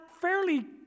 fairly